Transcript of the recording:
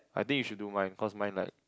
I think you should do mine cause mine like